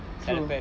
true